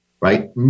right